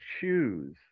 choose